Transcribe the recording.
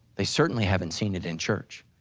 they certainly haven't seen it in church.